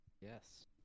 Yes